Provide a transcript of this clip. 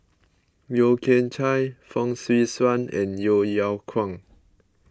Yeo Kian Chye Fong Swee Suan and Yeo Yeow Kwang